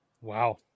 Wow